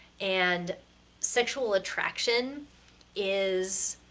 and sexual attraction is,